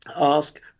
ask